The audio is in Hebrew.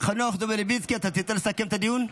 חנוך דב מלביצקי, אתה רוצה לסכם את הדיון?